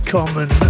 Common